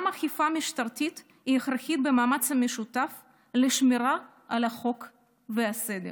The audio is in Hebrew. גם אכיפה משטרתית היא הכרחית במאמץ המשותף לשמירה על החוק והסדר.